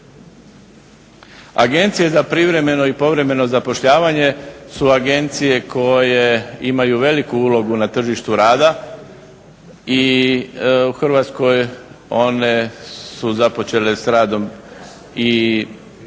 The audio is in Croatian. Agencije za privremeno i povremeno zapošljavanje su agencije koje imaju veliku ulogu na tržištu rada i u Hrvatskoj one su započele s radom i